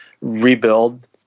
rebuild